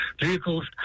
vehicles